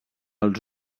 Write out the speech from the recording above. els